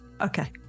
Okay